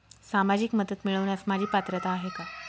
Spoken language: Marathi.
सामाजिक मदत मिळवण्यास माझी पात्रता आहे का?